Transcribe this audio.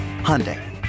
Hyundai